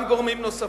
גם גורמים נוספים.